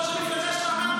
ראש המפלגה שלך אמר,